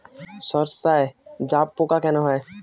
সর্ষায় জাবপোকা কেন হয়?